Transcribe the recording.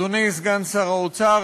אדוני סגן שר האוצר,